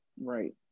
Right